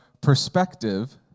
perspective